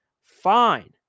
fine